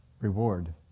Reward